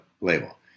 label